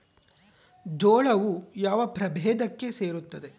ಜೋಳವು ಯಾವ ಪ್ರಭೇದಕ್ಕೆ ಸೇರುತ್ತದೆ?